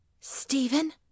Stephen